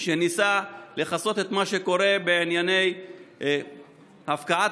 וניסה לכסות את מה שקורה בענייני הפקעת